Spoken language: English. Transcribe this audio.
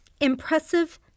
Impressive